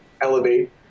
elevate